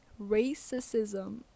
racism